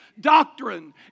doctrine